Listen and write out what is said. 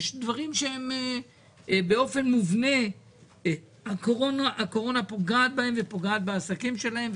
יש דברים שבאופן מובנה הקורונה פוגעת בהם ופוגעת בעסקים שלהם,